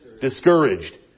discouraged